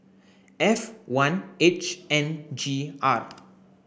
F one H N G R